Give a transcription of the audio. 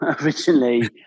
originally